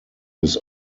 his